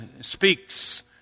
speaks